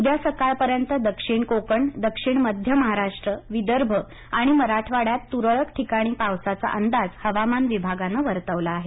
उद्या सकाळपर्यंत दक्षिण कोकण दक्षिण मध्य महाराष्ट्र विदर्भ आणि मराठवाड्यात तुरळक ठिकाणी पावसाचा अंदाज हवामान विभागानं वर्तवला आहे